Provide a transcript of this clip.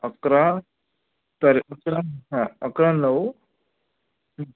अकरा तर अकरा हा अकरा नऊ